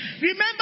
Remember